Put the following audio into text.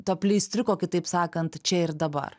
to pleistriuko kitaip sakant čia ir dabar